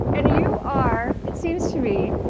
and you are, it seems to me,